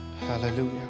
Hallelujah